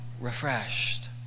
refreshed